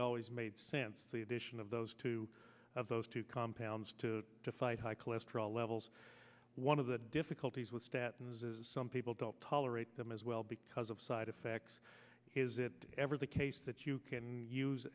it always made sense the addition of those two of those two compounds to fight high cholesterol levels one of the difficulties with statens is some people don't tolerate them as well because of side effects is it ever the case that you can use